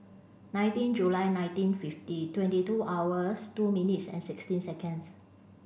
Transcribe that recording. nineteen July nineteen fifty twenty two hours two minutes and sixteen seconds